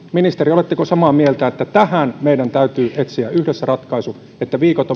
ministeri oletteko samaa mieltä että tähän meidän täytyy etsiä yhdessä ratkaisu että viikot